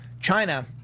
China